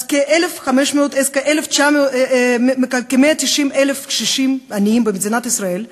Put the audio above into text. אז כ-190,000 קשישים עניים במדינת ישראל,